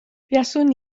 buaswn